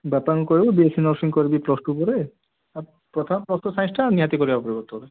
ବାପାଙ୍କୁ କହିବୁ BSc nursing କରିବି ପ୍ଲସ୍ ଟୁ ପରେ ଆଉ ପ୍ରଥମେ ପ୍ଲସ୍ ଟୁ ସାଇନ୍ସଟା ନିହାତି କରିଆକୁ ପଡ଼ିବ ତୋର